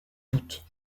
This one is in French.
toutes